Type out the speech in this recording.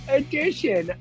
edition